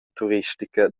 turistica